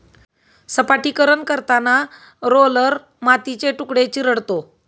सपाटीकरण करताना रोलर मातीचे तुकडे चिरडतो